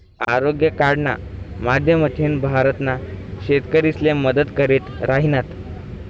आरोग्य कार्डना माध्यमथीन भारतना शेतकरीसले मदत करी राहिनात